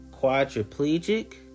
quadriplegic